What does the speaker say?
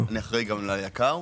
אני אחראי גם ליקר.